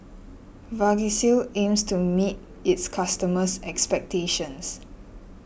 Vagisil aims to meet its customers' expectations